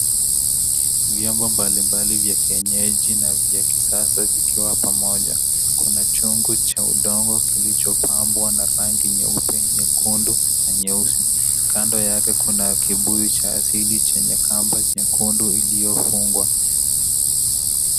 Vyombo mbalimbali vya kienyeji na vya kisasa vikiwa pamoja. Kuna chungu cha udongo kilichopambwa na rangi nyekundu na nyeusi, kando yake kuna kibuyu cha asili chenye kamba nyekundu iliyofungwa.